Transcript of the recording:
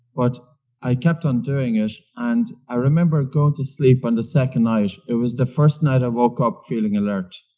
but i kept on doing it, and i remember going to sleep on the second night. it was the first night i woke up feeling alert.